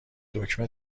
دکمه